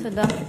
תודה.